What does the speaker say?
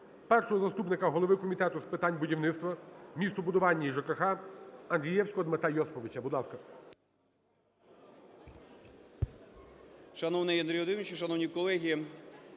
першого заступника голови Комітету з питань будівництва, містобудування і ЖКГ Андрієвського Дмитра Йосиповича.